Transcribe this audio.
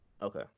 Okay